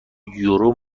یورو